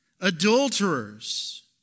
adulterers